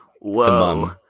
whoa